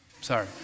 sorry